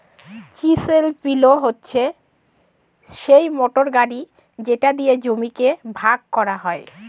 chisel plough হচ্ছে সিই motor গাড়ি যেটা দিয়ে জমিকে ভাগ করা হয়